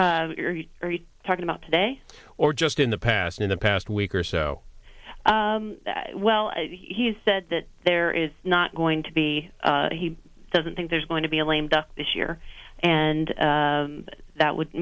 are you talking about today or just in the past in the past week or so well he's said that there is not going to be he doesn't think there's going to be a lame duck this year and that would